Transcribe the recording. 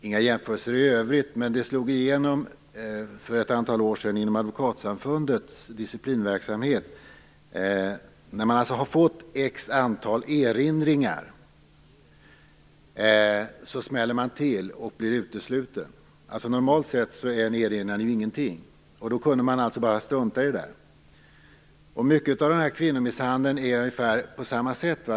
Inga jämförelser i övrigt, men för ett antal år sedan slog det igenom i Advokatsamfundets disciplinverksamhet att när man har fått ett visst antal erinringar smäller det till och man blir utesluten. Normalt sett betyder en erinran ingenting. Man skulle alltså kunna strunta i den. Med kvinnomisshandeln är det i mångt och mycket ungefärligen på samma sätt.